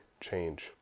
change